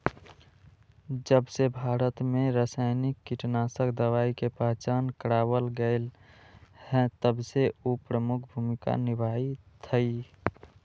जबसे भारत में रसायनिक कीटनाशक दवाई के पहचान करावल गएल है तबसे उ प्रमुख भूमिका निभाई थई